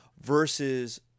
versus